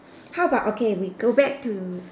how about okay we go back to